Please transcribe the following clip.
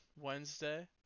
Wednesday